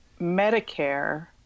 Medicare